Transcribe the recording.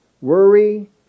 worry